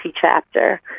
chapter